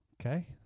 Okay